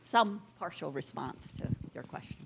some partial response to your question